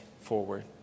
forward